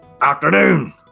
afternoon